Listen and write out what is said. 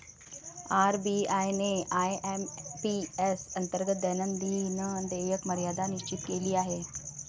RBI ने IMPS अंतर्गत दैनंदिन देयक मर्यादा निश्चित केली आहे